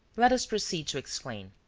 let us proceed to explain.